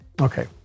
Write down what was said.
Okay